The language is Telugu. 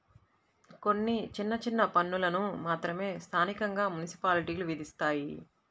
కొన్ని చిన్న చిన్న పన్నులను మాత్రమే స్థానికంగా మున్సిపాలిటీలు విధిస్తాయి